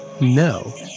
No